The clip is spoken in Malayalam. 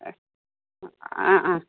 ആ ആ